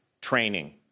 training